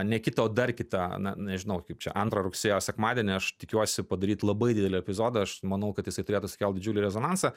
ne kitą o dar kitą na nežinau kaip čia antrą rugsėjo sekmadienį aš tikiuosi padaryt labai didelę epizodą aš manau kad jis turėtų sukelt didžiulį rezonansą